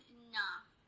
enough